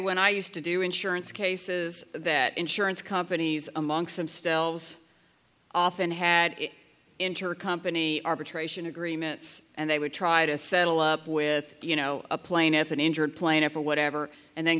when i used to do insurance cases that insurance companies amongst themselves often had intercompany arbitration agreements and they would try to settle up with you know a plaintiff an injured plaintiff or whatever and then